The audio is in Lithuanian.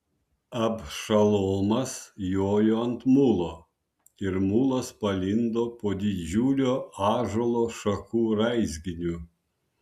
abšalomas jojo ant mulo ir mulas palindo po didžiulio ąžuolo šakų raizginiu